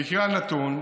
במקרה הנתון,